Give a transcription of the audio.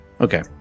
Okay